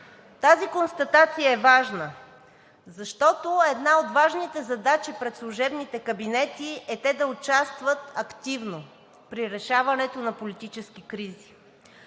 Тази констатация е важна, защото една от важните задачи пред служебните кабинети е те да участват активно при решаването на политически кризи.